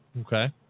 Okay